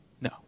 No